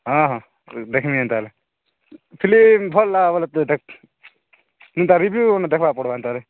ହଁ ହଁ ଦେଖିମି ଯେନ୍ତା ହେଲେ ଫିଲ୍ମ ଭଲ୍ ବୋଲେ ଦେଖ୍ ତାର ରିଭ୍ୟୁ ମାନ ଦେଖିବାକୁ ପଡ଼ିବ ଏନ୍ତାରେ